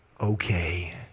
okay